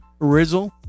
Rizzle